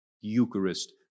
Eucharist